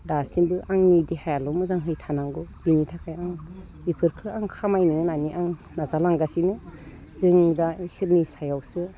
दासिमबो आंनि देहायाल' मोजांहै थानांगौ बिनि थाखाय आं बेफोरखो आं खामायनो होननानै आं नाजालांगासिनो जों दा इसोरनि सायावसो